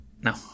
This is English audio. No